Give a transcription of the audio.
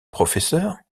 professeur